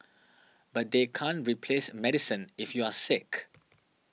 but they can't replace medicine if you're sick